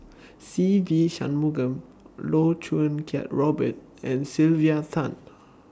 Se Ve Shanmugam Loh Choo Kiat Robert and Sylvia Tan